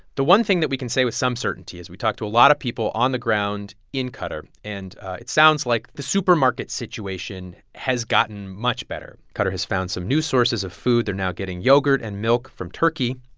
the one thing that we can say with some certainty is we talked to a lot of people on the ground in qatar, and it sounds like the supermarket situation has gotten much better. qatar has found some new sources of food. they're now getting yogurt and milk from turkey,